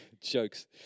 Jokes